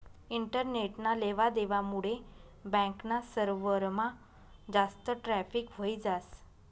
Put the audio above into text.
इंटरनेटना लेवा देवा मुडे बॅक ना सर्वरमा जास्त ट्रॅफिक व्हयी जास